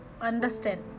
understand